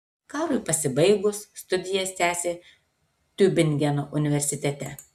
karui pasibaigus studijas tęsė tiubingeno universitete